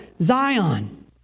Zion